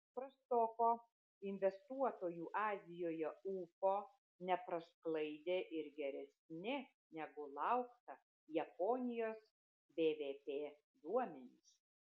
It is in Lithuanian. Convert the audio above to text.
prastoko investuotojų azijoje ūpo neprasklaidė ir geresni negu laukta japonijos bvp duomenys